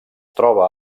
troba